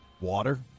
Water